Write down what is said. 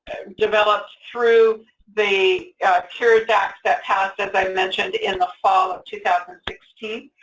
developed through the cures act that passed, as i mentioned, in the fall of two thousand and sixteen.